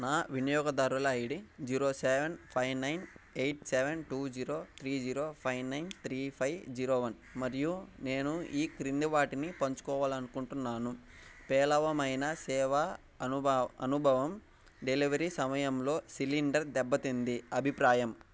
నా వినియోగదారుల ID zero seven five nine eight seven two zero three zero five nine three five zero one మరియు నేను ఈ క్రింది వాటిని పంచుకోవాలనుకుంటున్నాను పేలవమైన సేవా అనుభ అనుభవం డెలివరీ సమయంలో సిలిండర్ దెబ్బతింది అభిప్రాయం